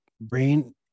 brain